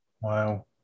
Wow